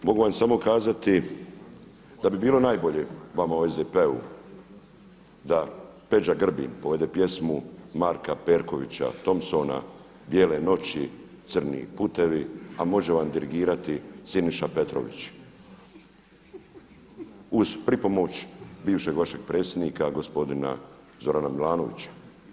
Mogu vam samo kazati da bi bilo najbolje vama u SDP-u da Peđa Grbin povede pjesmu Marka Perkovića Thompsona „Bijele noći crni putevi“, a može vam dirigirati Siniša Petrović uz pripomoć bivšeg vašeg predsjednika gospodina Zorana Milanovića.